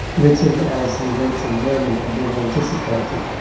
written as the events in germany are being anticipated,